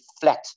flat